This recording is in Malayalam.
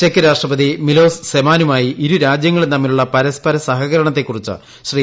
ചെക്ക് രാഷ്ട്രപതി മീലോസ് സെമാനമായി ഇരു രാജ്യങ്ങളും തമ്മിലുള്ള പരസ്പര സഹകരണത്തെക്കുറിച്ച് ശ്രീ